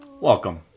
Welcome